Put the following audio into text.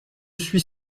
suis